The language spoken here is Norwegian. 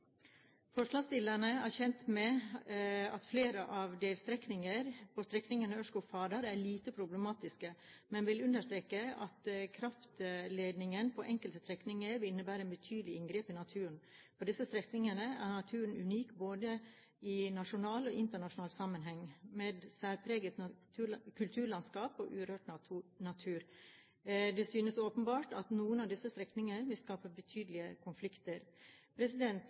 Forslagsstillerne er kjent med at flere av delstrekningene på strekningen Ørskog–Fardal er lite problematiske, men vil understreke at kraftledningen på enkelte strekninger vil innebære et betydelig inngrep i naturen. På disse strekningene er naturen unik, både i nasjonal og i internasjonal sammenheng, med særpreget kulturlandskap og urørt natur. Det synes åpenbart at noen av disse strekningene vil skape betydelige konflikter.